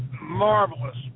Marvelous